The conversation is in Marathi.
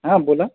हा बोला